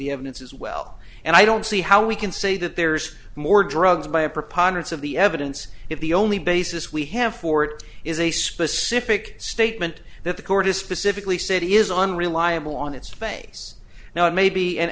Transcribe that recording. the evidence as well and i don't see how we can say that there's more drugs by a preponderance of the evidence if the only basis we have for it is a specific statement that the court has specifically said it is unreliable on its face now it may be and